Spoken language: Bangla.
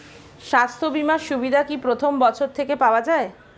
স্বাস্থ্য বীমার সুবিধা কি প্রথম বছর থেকে পাওয়া যায়?